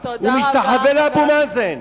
הוא משתחווה לאבו מאזן,